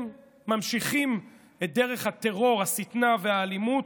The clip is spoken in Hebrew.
ממשיכים בדרך הטרור, השטנה והאלימות.